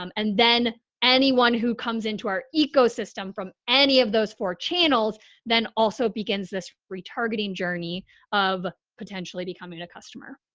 um and then anyone who comes into our ecosystem from any of those four channels then also begins this retargeting journey of potentially becoming a customer.